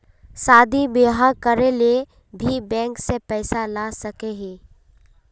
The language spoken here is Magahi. शादी बियाह करे ले भी बैंक से पैसा ला सके हिये?